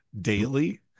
daily